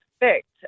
expect